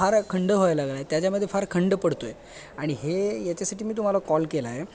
फार खंड व्हायला लागला आहे त्याच्यामध्ये फार खंड पडतो आहे आणि हे याच्यासाठी मी तुम्हाला कॉल केला आहे